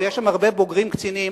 ויש שם הרבה בוגרים קצינים.